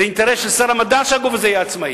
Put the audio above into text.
זה אינטרס של שר המדע שהגוף הזה יהיה עצמאי.